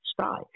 sky